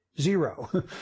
zero